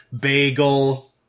bagel